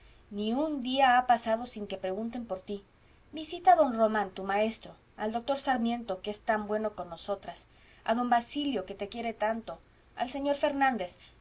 ni un día ha pasado sin que pregunten por tí visita a don román tu maestro al doctor sarmiento que es tan bueno con nosotras a don basilio que te quiere tanto al señor fernández